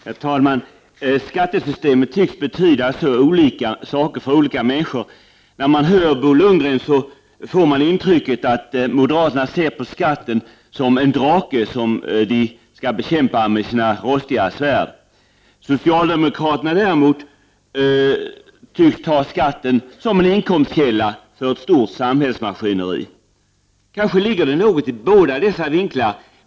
Herr talman! Skattesystemet tycks betyda olika saker för olika människor. När man hör Bo Lundgren, får man intrycket att moderaterna ser på skatten som på en drake som de skall bekämpa med sina rostiga svärd. Socialdemokraterna däremot tycks se skatten som en inkomstkälla för ett starkt samhällsmaskineri. Kanske ligger det något i båda dessa vinklar.